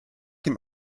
dem